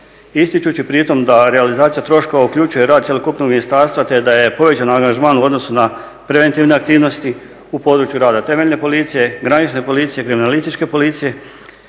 ističući pri tom da realizacija troškova uključuje rad cjelokupnog ministarstva te da je povećan angažman u odnosu na preventivne aktivnosti u području rada temeljne policije, granične policije, kriminalističke policije